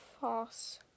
False